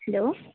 hello